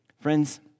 Friends